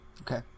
Okay